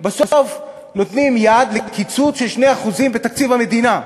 בסוף נותנים יד לקיצוץ של 2% בתקציב המדינה.